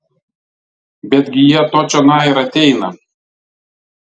betgi jie to čionai ir ateina